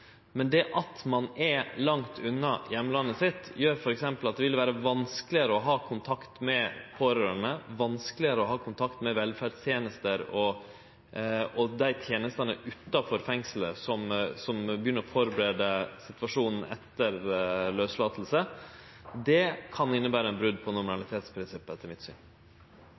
Men det at ein er langt unna heimlandet sitt, gjer t.d. at det vil vere vanskelegare å ha kontakt med pårørande, vanskelegare å ha kontakt med velferdstenester og dei tenestene utanfor fengslet som skal førebu situasjonen etter lauslating. Det kan innebere eit brot på normalitetsprinsippet,